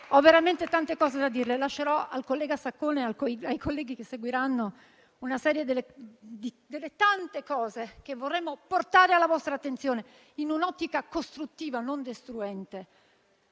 ho veramente tante cose da dirle. Lascerò al collega Saccone e ai colleghi che seguiranno alcune delle tante argomentazioni che vorremmo portare alla vostra attenzione in un'ottica costruttiva, non destruente.